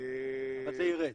אבל זה יירד.